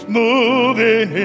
moving